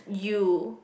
you